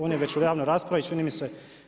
On je već u javnoj raspravi, čini mi se.